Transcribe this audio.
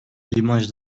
limaj